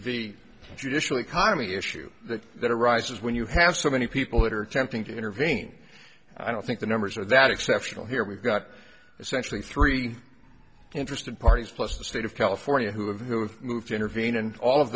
the judicial economy issue that arises when you have so many people that are attempting to intervene i don't think the numbers are that exceptional here we've got essentially three interested parties plus the state of california who have who have moved to intervene and all of